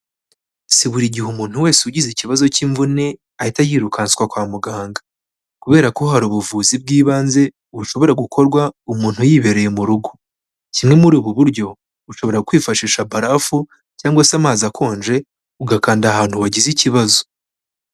Si buri gihe umuntu wese ugize ikibazo cy'imvune ahita yirukanswa kwa muganga, kubera ko hari ubuvuzi bw'ibanze bushobora gukorwa umuntu yibereye mu rugo, kimwe muri ubu buryo ushobora kwifashisha barafu cyangwa se amazi akonje ugakanda ahantu wagize ikibazo.